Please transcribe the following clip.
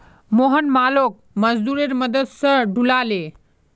मोहन मालोक मजदूरेर मदद स ढूला ले